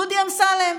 דודי אמסלם.